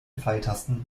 pfeiltasten